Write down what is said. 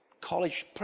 college